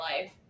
life